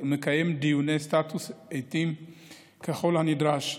ומקיים דיוני סטטוס עיתיים ככל הנדרש.